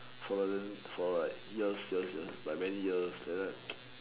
fall for like years years years by many years